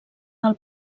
del